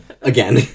Again